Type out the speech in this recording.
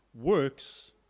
Works